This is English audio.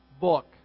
book